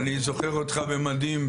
אני זוכר אותך במדים.